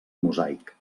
mosaic